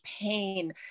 pain